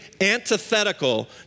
antithetical